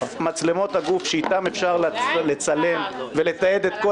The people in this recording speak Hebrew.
מצלמות הגוף שאתם אפשר לצלם ולתעד את כל